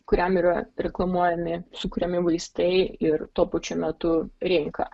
kuriam yra reklamuojami sukuriami vaistai ir tuo pačiu metu rinka